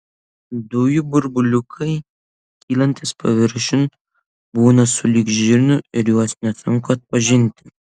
dujų burbuliukai kylantys paviršiun būna sulig žirniu ir juos nesunku atpažinti